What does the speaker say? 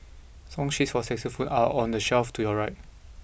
song sheets for saxophone are on the shelf to your right